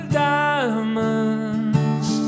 diamonds